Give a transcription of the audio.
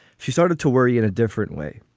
she started to worry in a different way.